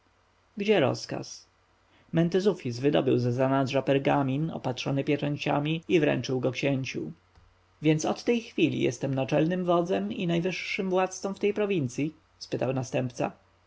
gdzie rozkaz mentezufis wydobył z zanadrza pergamin opatrzony pieczęciami i wręczył go księciu więc od tej chwili jestem naczelnym wodzem i najwyższą władzą w tej prowincji spytał następca